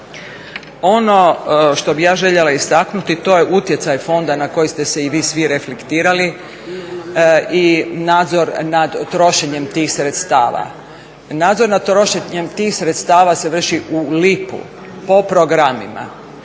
Ono što bih ja željela istaknuti to je utjecaj Fonda na koji ste se i vi si reflektirali i nadzor nad trošenjem tih sredstava. Nadzor nad trošenjem tih sredstava se vrši u lipu, po programima.